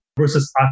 versus